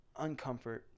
uncomfort